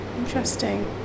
Interesting